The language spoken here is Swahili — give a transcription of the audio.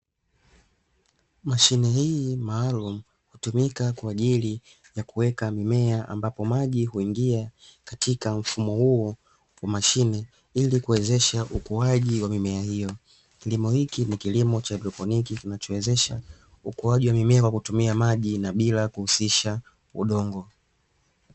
Mashine hii maalumu hutumika kwa ajili ya kuweka mimea ambapo maji kuingia katika mfumo huo wa mashine ili kuwezesha ukuaji wa mimea hiyo, kilimo hiki ni kilimo cha haidroponiki kinachowezesha ukuaji wa mimea kwa kutumia maji na bila kuhusisha udongo.